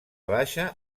baixa